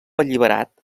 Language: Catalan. alliberat